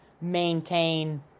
maintain